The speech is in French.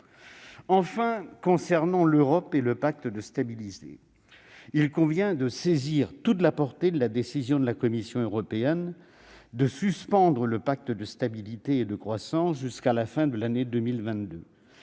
Réseau, ce n'est pas à la hauteur. Enfin, il convient de saisir toute la portée de la décision de la Commission européenne de suspendre le pacte de stabilité et de croissance jusqu'à la fin de l'année 2022.